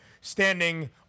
standing